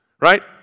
right